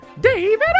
David